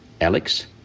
Alex